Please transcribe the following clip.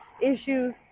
issues